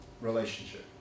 relationship